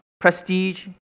prestige